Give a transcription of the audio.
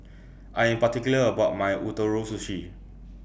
I Am particular about My Ootoro Sushi